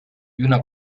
lluna